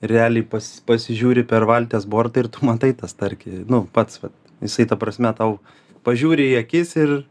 realiai pas pasižiūri per valties bortą ir tu matai tą starkį nu pats va jisai ta prasme tau pažiūri į akis ir